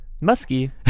musky